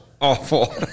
Awful